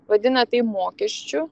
vadina tai mokesčiu